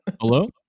Hello